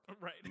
Right